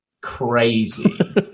crazy